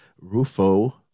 Rufo